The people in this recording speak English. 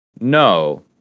No